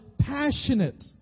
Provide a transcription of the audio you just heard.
passionate